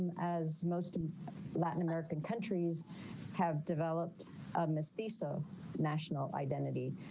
as most latin american countries have developed misty so national identity,